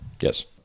yes